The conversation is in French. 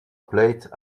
plate